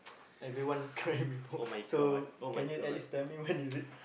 everyone cry before so can you at least tell me when is it